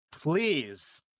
Please